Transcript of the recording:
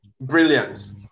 Brilliant